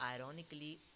ironically